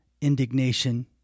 indignation